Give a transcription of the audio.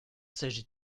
s’agit